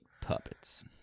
puppets